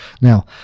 Now